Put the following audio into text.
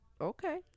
Okay